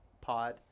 pod